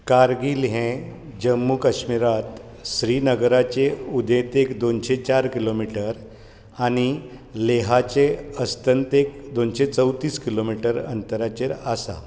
कारगील हें जम्मू काश्मीरांत श्रीनगराचे उदेंतेक दोनशी चार किलो मीटर आनी लेहाचे अस्तंतेक दोनशे चवतीस किलो मीटर अंतराचेर आसा